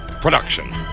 production